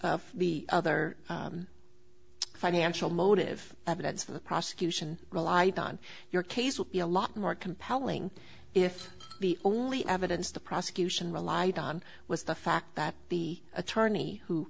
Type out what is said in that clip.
of the other financial motive evidence for the prosecution relied on your case would be a lot more compelling if the only evidence the prosecution relied on was the fact that the attorney who